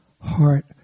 heart